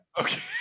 Okay